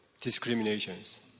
discriminations